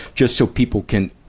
just so people can,